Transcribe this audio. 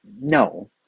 No